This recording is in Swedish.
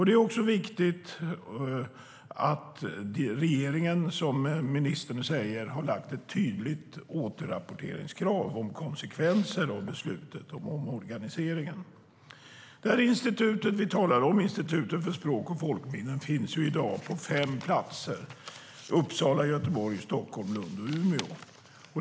Det är viktigt att regeringen har, som ministern säger, ställt ett tydligt återrapporteringskrav gällande konsekvenser av beslutet om omorganiseringen. Det institut vi talar om, Institutet för språk och folkminnen, finns i dag på fem platser - Uppsala, Göteborg, Stockholm, Lund och Umeå.